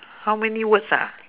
how many words ah